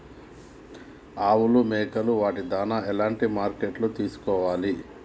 ఆవులు మేకలు వాటి దాణాలు ఎలాంటి మార్కెటింగ్ లో తీసుకోవాలి?